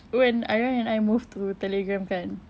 when I when I moved to telegram kan